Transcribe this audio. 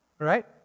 Right